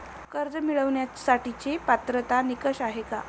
कर्ज मिळवण्यासाठीचे पात्रता निकष काय आहेत?